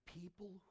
people